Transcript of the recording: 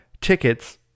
tickets